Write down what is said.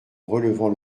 relevant